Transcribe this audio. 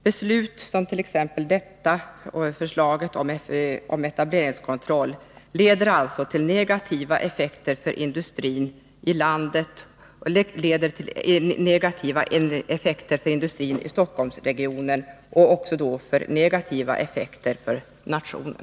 Beslut om t.ex. etableringskontroll och styrning av företagsetablering leder till negativa effekter för industrin, negativa effekter för Stockholmsregionen och då också negativa effekter för hela nationen.